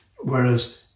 Whereas